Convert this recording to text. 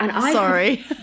Sorry